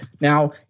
Now